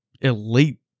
elite